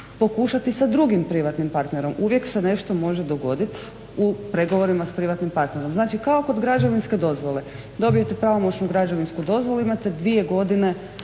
pokušati sa drugim privatnim partnerom. Uvijek se nešto može dogoditi u pregovorima sa privatnim partnerom, znači kao kod građevinske dozvole. Dobijete pravomoćnu građevinsku dozvolu imate dvije godine